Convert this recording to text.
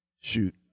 shoot